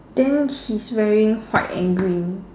then he's wearing white and green